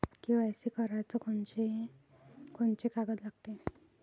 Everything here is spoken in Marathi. के.वाय.सी कराच कोनचे कोनचे कागद लागते?